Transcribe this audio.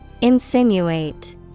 Insinuate